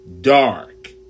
dark